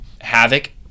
havoc